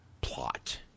plot